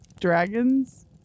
dragons